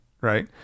right